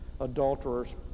adulterers